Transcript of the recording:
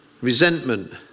Resentment